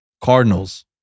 Cardinals